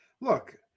Look